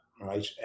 right